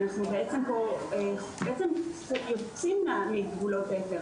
אנחנו בעצם יוצאים מגבולות ההיתר,